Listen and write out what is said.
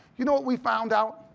you know what we found out?